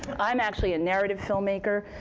i'm actually a narrative filmmaker,